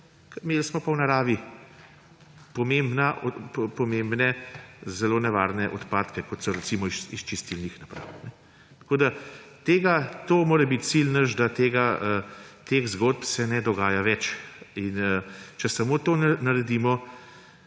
imeli smo pa v naravi pomembne, zelo nevarne odpadke, kot so recimo iz čistilnih naprav. Tako da to mora biti naš cilj – da se te zgodbe ne dogajajo več. Če samo to naredimo